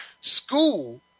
school